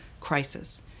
crisis